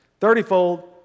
Thirtyfold